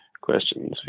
questions